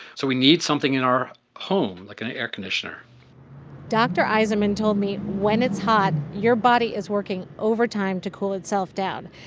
so we need something in our home, like an air conditioner dr. eisenman told me, when it's hot, your body is working overtime to cool itself down.